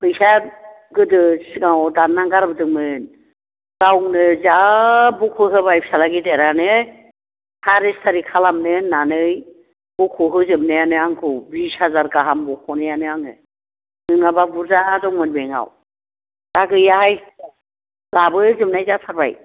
फैसाया गोदो सिगाङाव दाननानै गारबोदोंमोन गावनो जा बख'होबाय फिसाज्ला गेदेरआनो सारि सारि खालामनो होननानै बख' होजोबनायानो आंखौ बिस हाजार गाहाम बख'नायानो आङो नङाबा बुरजा दंमोन बेंक आव दा गैयाहाय लाबोजोबनाय जाथारबाय